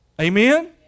Amen